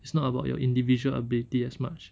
it's not about your individual ability as much